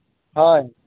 ᱦᱳᱭ